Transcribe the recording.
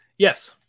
Yes